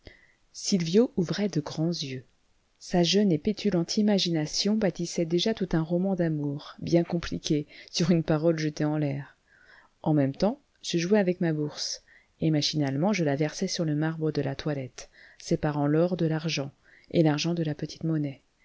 sylvio ouvrait de grands yeux sa jeune et pétulante imagination bâtissait déjà tout un roman d'amour bien compliqué sur une parole jetée en l'air en même temps je jouais avec ma bourse et machinalement je la versai sur le marbre de la toilette séparant l'or de l'argent et l'argent de la petite monnaie